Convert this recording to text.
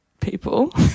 people